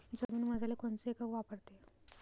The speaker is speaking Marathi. जमीन मोजाले कोनचं एकक वापरते?